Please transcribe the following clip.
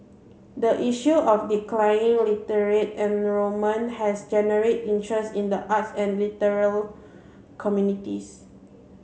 the issue of declining enrollment has generated interest in the arts and literary communities